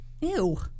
Ew